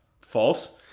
false